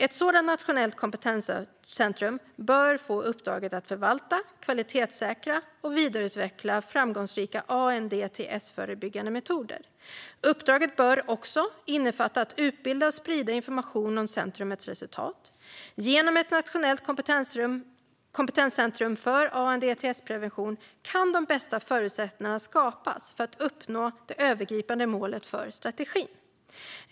Ett sådant nationellt kompetenscentrum bör få uppdraget att förvalta, kvalitetssäkra och vidareutveckla framgångsrika ANDTS-förebyggande metoder. Uppdraget bör också innefatta att utbilda och sprida information om centrumets resultat. Genom ett nationellt kompetenscentrum för ANDTS-prevention kan de bästa förutsättningarna skapas för att uppnå det övergripande målet för strategin.